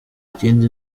ikindi